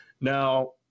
Now